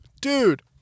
dude